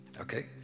okay